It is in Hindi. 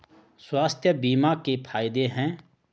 स्वास्थ्य बीमा के फायदे हैं?